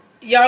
y'all